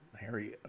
Harry